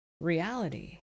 reality